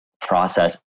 process